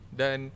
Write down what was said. dan